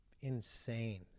insane